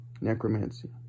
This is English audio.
necromancy